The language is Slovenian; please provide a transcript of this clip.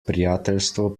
prijateljstvo